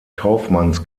kaufmanns